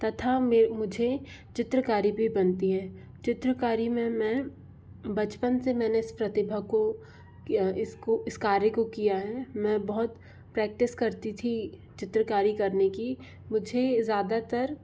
तथा मैं मुझे चित्रकारी भी बनती है चित्रकारी में मैं बचपन से मैंने इस प्रतिभा को या इसको इस कार्य को किया है मैं बहुत प्रैक्टिस करती थी चित्रकारी करने की मुझे ज़्यादातर